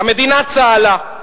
המדינה צהלה.